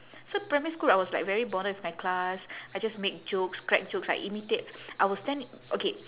so primary school I was like very bonded with my class I just make jokes crack jokes I imitate I will stand okay